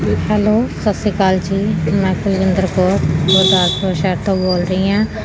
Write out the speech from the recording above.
hello ਸਤਿ ਸ਼੍ਰੀ ਅਕਾਲ ਜੀ ਮੈਂ ਕੁਲਵਿੰਦਰ ਕੌਰ ਗੁਰਦਾਸਪੁਰ ਸ਼ਹਿਰ ਤੋਂ ਬੋਲ ਰਹੀ ਹਾਂ